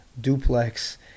duplex